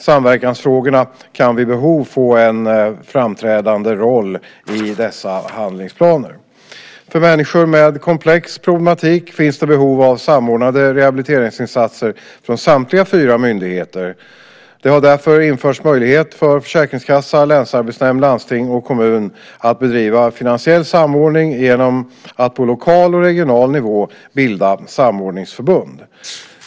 Samverkansfrågorna kan vid behov få en framträdande roll i dessa handlingsplaner. För människor med komplex problematik finns det behov av samordnade rehabiliteringsinsatser från samtliga fyra myndigheter. Det har därför införts möjlighet för försäkringskassa, länsarbetsnämnd, landsting och kommun att bedriva finansiell samordning genom att på lokal och regional nivå bilda samordningsförbund.